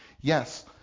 Yes